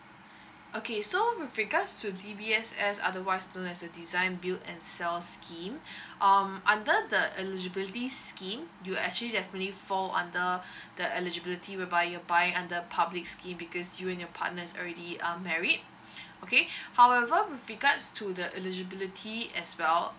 okay so with regards to D_B_S_S otherwise known as a design build and sell scheme um under the eligibility scheme you actually definitely fall under the eligibility whereby you're buying under public scheme because you and your partner already um married okay however with regards to the eligibility as well